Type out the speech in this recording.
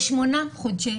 זאת אומרת,